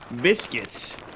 biscuits